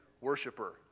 worshiper